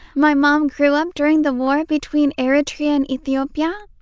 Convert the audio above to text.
my mom grew up during the war between eritrea and ethiopia.